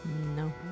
No